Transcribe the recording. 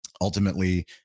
ultimately